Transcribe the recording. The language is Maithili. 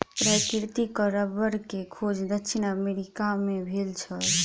प्राकृतिक रबड़ के खोज दक्षिण अमेरिका मे भेल छल